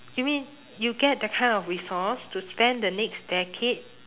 you mean you get the kind of resource to spend the next decade